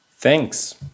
Thanks